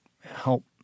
help